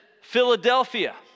Philadelphia